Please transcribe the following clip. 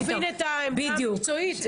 אבל בואו נבין את העמדה המקצועית.